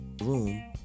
Room